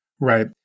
Right